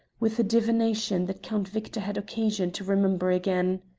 with a divination that count victor had occasion to remember again.